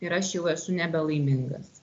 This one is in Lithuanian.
ir aš jau esu nebe laimingas